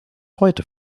heute